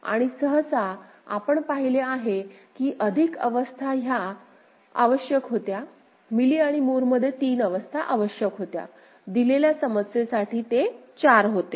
आणि सहसा आपण पाहिले आहे की अधिक अवस्था ह्या आवश्यक होत्या मिली आणि मूरमध्ये 3 अवस्था आवश्यक होत्या दिलेल्या समस्येसाठी ते 4 होते